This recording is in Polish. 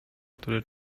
który